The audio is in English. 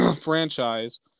franchise